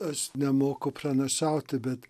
aš nemoku pranašauti bet